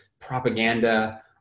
propaganda